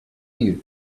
you